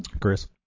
Chris